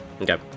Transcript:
Okay